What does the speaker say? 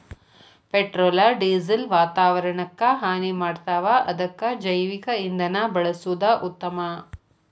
petrol diesel ವಾತಾವರಣಕ್ಕ ಹಾನಿ ಮಾಡ್ತಾವ ಅದಕ್ಕ ಜೈವಿಕ ಇಂಧನಾ ಬಳಸುದ ಉತ್ತಮಾ